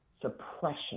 suppression